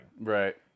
right